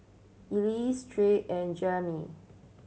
Ellis Tyrek and Jeremey